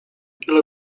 ile